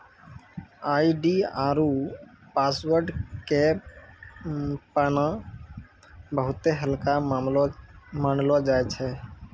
ID आरु password के पाना बहुते हल्का मानलौ जाय छै